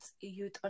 youth